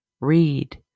read